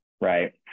Right